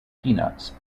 peanuts